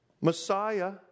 Messiah